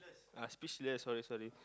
ah speechless sorry sorry